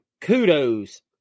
kudos